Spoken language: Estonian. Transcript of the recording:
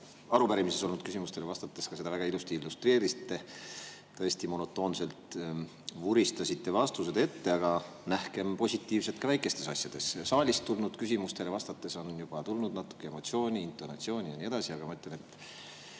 arupärimises olnud küsimustele vastates seda ka väga ilusti illustreerinud. Te tõesti monotoonselt vuristasite vastused ette. Aga nähkem positiivset ka väikestes asjades: saalist tulnud küsimustele vastates on juba tulnud natuke emotsiooni, intonatsiooni ja nii edasi. Aga ma ütlen, et